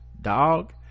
dog